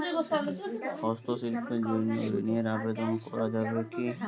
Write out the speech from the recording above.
হস্তশিল্পের জন্য ঋনের আবেদন করা যাবে কি?